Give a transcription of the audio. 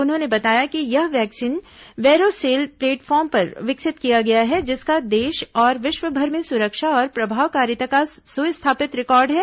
उन्होंने बताया कि यह वैक्सीन वैरो सेल प्लेटफार्म पर विकसित किया गया है जिसका देश और विश्वभर में सुरक्षा और प्रभावकारिता का सुस्थापित रिकॉर्ड है